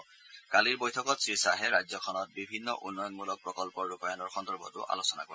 ক'ৰ কমিটীৰ বৈঠকত শ্ৰীখাহে ৰাজ্যখনত বিভিন্ন উন্নয়নমূলক প্ৰকল্পৰ ৰূপায়ণৰ সন্দৰ্ভতো আলোচনা কৰে